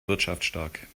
wirtschaftsstark